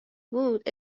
بود